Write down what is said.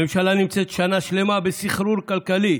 הממשלה נמצאת שנה שלמה בסחרור כלכלי,